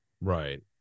right